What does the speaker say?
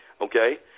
okay